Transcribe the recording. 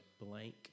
blank